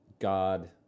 God